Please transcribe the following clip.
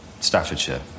Staffordshire